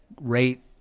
rate